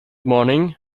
morning